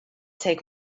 take